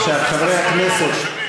חברי הכנסת,